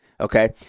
Okay